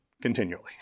continually